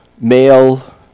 male